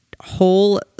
whole